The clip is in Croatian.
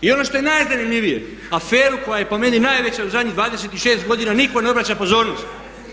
I ono što je najzanimljivije aferu koja je po meni najveća u zadnjih 26 godina nitko ne obraća pozornost.